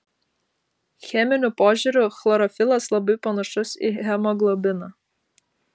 cheminiu požiūriu chlorofilas labai panašus į hemoglobiną